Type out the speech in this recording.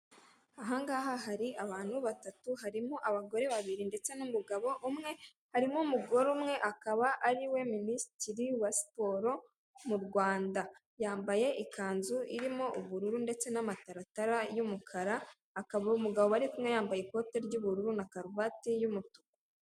Ahangaha hari abantu batatu, harimo abagore babiri ndetse n'umugabo umwe, harimo umugore umwe akaba ariwe minisitiri wa siporo mu Rwanda, yambaye ikanzu irimo ubururu ndetse n'amataratara y'umukara, akaba umugabo bari kumwe yambaye ikote ry'ubururu na karuvati y'umutuku.